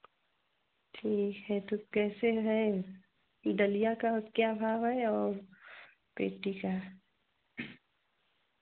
ठीक है तो कैसे है डलिया का क्या भाव है और पेटी का